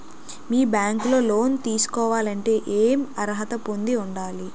మీ bank లో loan తీసుకోవాలంటే ఎం అర్హత పొంది ఉండాలి?